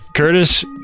Curtis